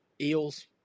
Eels